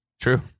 True